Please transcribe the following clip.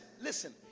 listen